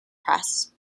press